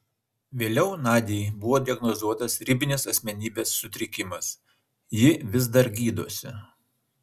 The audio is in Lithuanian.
vėliau nadiai buvo diagnozuotas ribinis asmenybės sutrikimas ji vis dar gydosi